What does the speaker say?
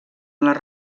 les